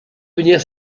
venir